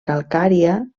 calcària